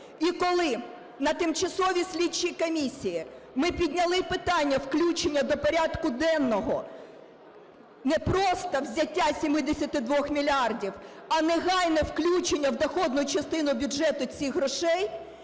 І коли на тимчасовій слідчій комісії ми підняли питання включення до порядку денного, не просто взяття 72 мільярдів, а негайне включення в доходну частину бюджету цих грошей,